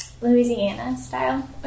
Louisiana-style